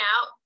out